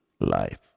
life